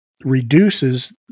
reduces